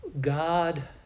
God